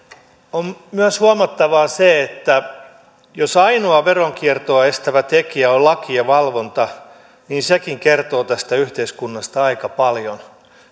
on myös huomattavaa se että jos ainoa veronkiertoa estävä tekijä on laki ja valvonta niin sekin kertoo tästä yhteiskunnasta aika paljon